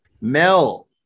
Mel